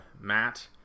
Matt